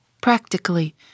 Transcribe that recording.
practically